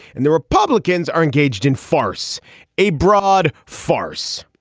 and the republicans are engaged in farce a broad farce.